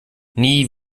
nie